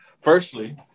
firstly